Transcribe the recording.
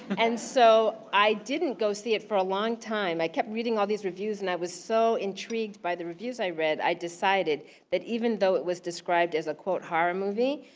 and so, i didn't go see it for a long time. i kept reading all these reviews and i was so intrigued by the reviews i read. i decided that even though it was described as a quote, horror movie,